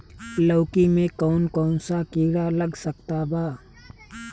लौकी मे कौन कौन सा कीड़ा लग सकता बा?